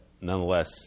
nonetheless